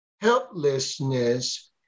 helplessness